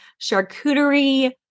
charcuterie